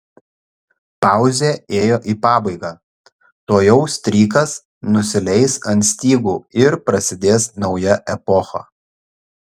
pauzė ėjo į pabaigą tuojau strykas nusileis ant stygų ir prasidės nauja epocha